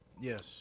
Yes